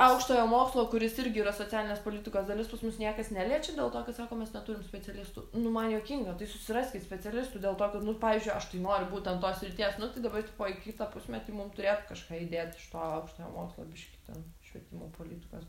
aukštojo mokslo kuris irgi yra socialinės politikos dalis pas mus niekas neliečia dėl to kad sako mes neturim specialistų nu man juokinga tai susiraskit specialistų dėl to kad nu pavyzdžiui aš tai noriu būt ten tos srities nu tai dabar tipo į kitą pusmetį mum turėtų kažką įdėt a aukštojo mokslo biškį ten švietimo politikos